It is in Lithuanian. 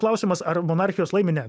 klausimas ar monarchijos laimi ne